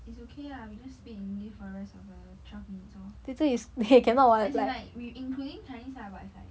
it's okay lah we don't speak english for rest of the twelve minutes lor as in like we including chinese lah but it's like